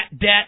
debt